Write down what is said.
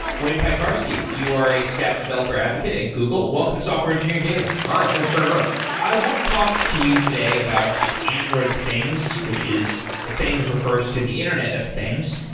wayne piekarski, you are a staff developer advocate at google. welcome to software engineering daily hi, thanks very much i want to talk to you today about android things, which is the things refers to the internet of things.